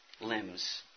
limbs